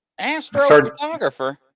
astrophotographer